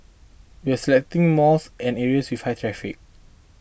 we are selecting malls and areas with high traffic